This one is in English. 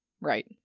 Right